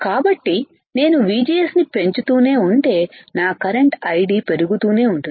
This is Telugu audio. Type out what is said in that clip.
కాబట్టి నేను VGS ని పెంచుతూనేఉంటెనా కరెంట్ IDపెరుగుతూనే ఉంటుంది